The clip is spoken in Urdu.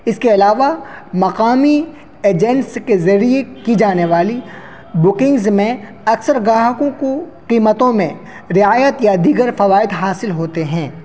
اس کے علاوہ مقامی ایجنٹس کے ذریعے کی جانے والی بکنگز میں اکثر گاہکوں کو قیمتوں میں رعایت یا دیگر فوائد حاصل ہوتے ہیں